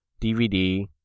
DVD